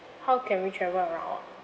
how can we travel around